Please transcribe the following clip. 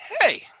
hey